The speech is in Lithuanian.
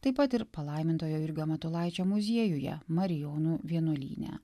taip pat ir palaimintojo jurgio matulaičio muziejuje marijonų vienuolyne